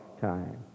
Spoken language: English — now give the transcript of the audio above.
time